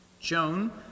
Joan